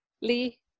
Lee